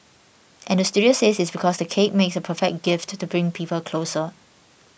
and the studio says it's because the cake makes a perfect gift to bring people closer